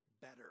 better